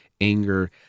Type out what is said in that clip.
Anger